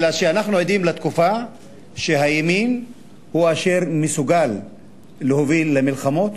אלא שאנחנו עדים לתקופה שהימין הוא אשר מסוגל להוביל למלחמות,